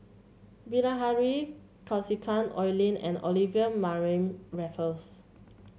Bilahari Kausikan Oi Lin and Olivia Mariamne Raffles